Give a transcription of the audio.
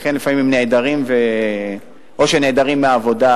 ולכן לפעמים הם נעדרים או שנעדרים מהעבודה,